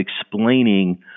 explaining